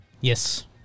Yes